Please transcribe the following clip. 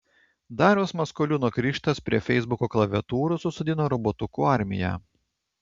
dariaus maskoliūno krikštas prie feisbuko klaviatūrų susodino robotukų armiją